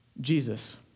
Jesus